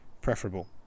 preferable